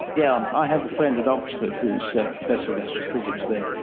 yeah i have a friend at oxford who's a professor of astrophysics there.